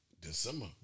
December